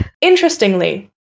interestingly